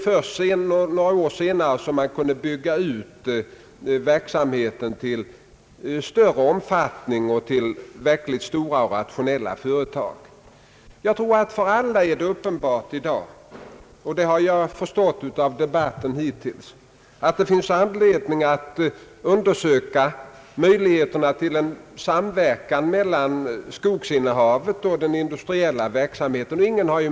Först några år senare blev det möjligt att göra verksamheten mer omfattande och skapa verkligt stora och rationella företag. Jag tror att det i dag är uppenbart för alla — ingen har hittills motsatt sig det i debatten — att man har anledning att undersöka möjligheterna till en samverkan mellan skogsinnehavet och den industriella verksamheten.